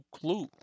clue